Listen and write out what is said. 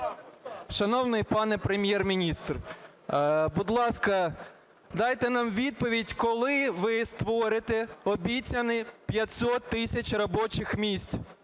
Шановний пане Прем’єр-міністр! Будь ласка, дайте нам відповідь, коли ви створите обіцяні 500 тисяч робочих місць